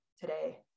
today